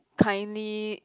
kindly